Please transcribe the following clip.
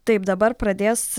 taip dabar pradės